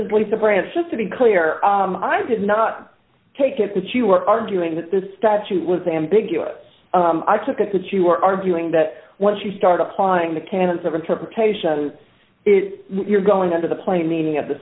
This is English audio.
is lisa branch just to be clear i did not take it that you were arguing that the statute was ambiguous i took it that you are arguing that once you start applying the canons of interpretation you're going into the plain meaning of the